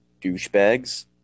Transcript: douchebags